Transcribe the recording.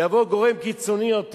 יבוא גורם קיצוני יותר.